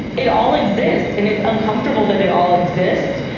it all exists. and it's uncomfortable that it all exists,